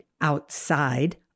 outside